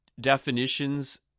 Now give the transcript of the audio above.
definitions